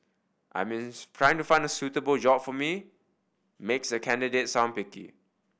I means find suitable job for me makes the candidate sound picky